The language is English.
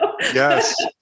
yes